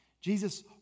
Jesus